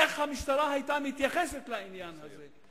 איך המשטרה היתה מתייחסת לעניין הזה?